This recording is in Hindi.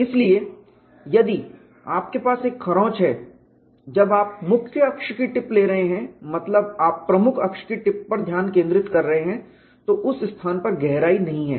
इसलिए यदि आपके पास एक खरोंच है जब आप मुख्य अक्ष की टिप ले रहे हैं मतलब आप प्रमुख अक्ष की टिप पर ध्यान केंद्रित कर रहे हैं तो उस स्थान पर गहराई नहीं है